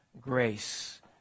grace